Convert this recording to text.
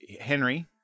Henry